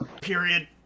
period